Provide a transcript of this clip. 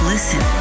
Listen